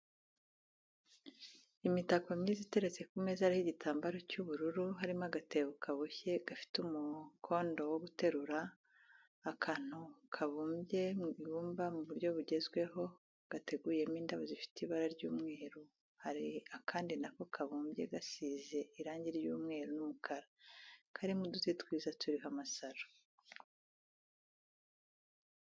Imitako myiza iteretse ku meza ariho igitamabaro cy'ubururu, harimo agatebo kaboshye gafite umukondo wo guterura, akantu kabumye mw'ibumba mu buryo bugezweho gateguyemo indabo zifite ibara ry'umweru, hari akandi nako kabumbye gasize irangi ry'umweru n'umukara karimo uduti twiza turiho amasaro.